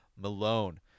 malone